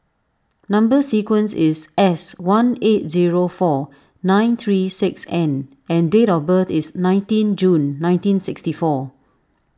Number Sequence is S one eight zero four nine three six N and date of birth is nineteen June nineteen sixty four